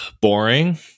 boring